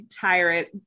tyrant